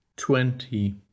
twenty